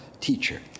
teacher